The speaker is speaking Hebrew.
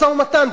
משא-ומתן.